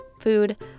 Food